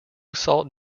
salt